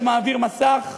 שמעביר מסך,